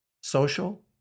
social